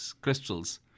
crystals